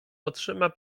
otrzyma